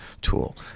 tool